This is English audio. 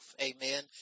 Amen